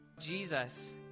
Jesus